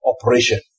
operation